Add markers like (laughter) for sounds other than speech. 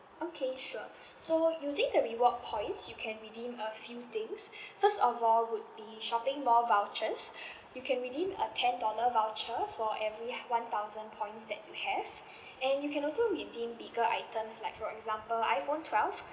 okay sure (breath) so using the reward points you can redeem a few things (breath) first of all would be shopping mall vouchers (breath) you can redeem a ten dollar voucher for every one thousand points that you have (breath) and you can also redeem bigger items like for example iphone twelve